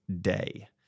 Day